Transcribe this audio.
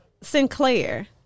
Sinclair